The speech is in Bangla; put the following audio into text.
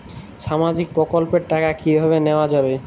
সামাজিক প্রকল্পের টাকা কিভাবে নেওয়া যাবে?